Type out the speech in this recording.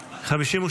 התקבלה.